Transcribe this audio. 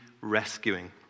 rescuing